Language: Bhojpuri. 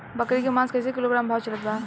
बकरी के मांस कईसे किलोग्राम भाव चलत बा?